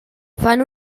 fan